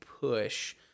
push